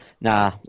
nah